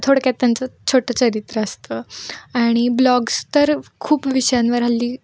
थोडक्यात त्यांचं छोटं चरित्र असतं आणि ब्लॉग्स तर खूप विषयांवर हल्ली